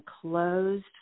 closed